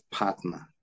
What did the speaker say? partner